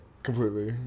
Completely